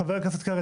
חבר הכנסת קרעי,